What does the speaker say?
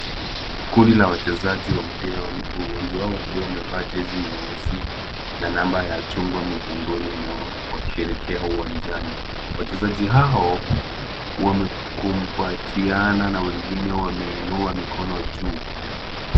Kundi la wachezaji wa mpira wa miguu, wengi wao wakiwa wamevalia jezi nyeusi na namba za chungwa migongoni mwao wakisherehekea uwanjani. Wachezaji hao wamekumbatiana na wengine wameinua mikono juu.